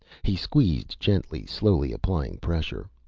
he squeezed gently, slowly applying pressure.